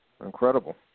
incredible